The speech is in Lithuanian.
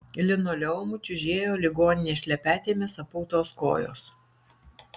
linoleumu čiužėjo ligoninės šlepetėmis apautos kojos